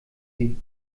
sie